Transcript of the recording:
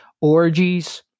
orgies